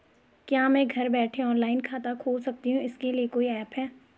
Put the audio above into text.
क्या मैं घर बैठे ऑनलाइन खाता खोल सकती हूँ इसके लिए कोई ऐप है?